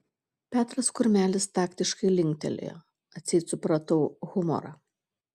petras kurmelis taktiškai linktelėjo atseit supratau humorą